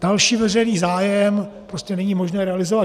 Další veřejný zájem není možné realizovat.